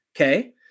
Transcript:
Okay